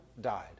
died